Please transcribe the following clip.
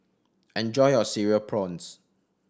enjoy your Cereal Prawns